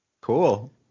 Cool